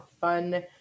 fun